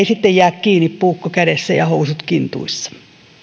sitten ei jää kiinni puukko kädessä ja housut kintuissa